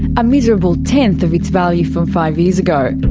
a miserable tenth of its value from five years ago.